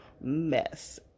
mess